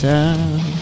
Time